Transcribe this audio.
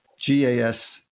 GAS